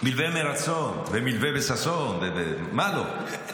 מלווה ברצון ומלווה בששון, מה לא?